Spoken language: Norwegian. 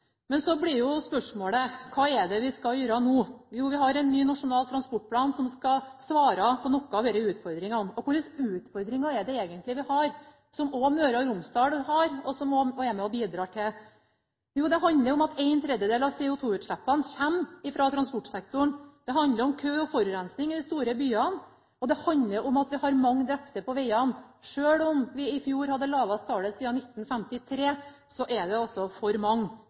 Men så blir spørsmålet: Hva skal vi gjøre nå? Jo, vi har en ny nasjonal transportplan som skal svare på noen av disse utfordringene. Hva slags utfordringer er det egentlig vi har, som også Møre og Romsdal har og er med og bidrar til? Jo, det handler om at en tredjedel av CO2-utslippene kommer fra transportsektoren, det handler om kø og forurensning i de store byene, og det handler om at vi har mange drepte på vegene. Selv om vi i fjor hadde de laveste tallene siden 1953, er det for mange.